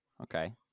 Okay